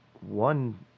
one